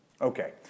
Okay